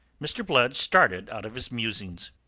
mr. blood started out of his musings.